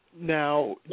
now